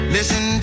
Listen